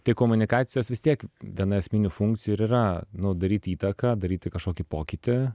tai komunikacijos vis tiek viena esminių funkcijų ir yra nu daryti įtaką daryti kažkokį pokytį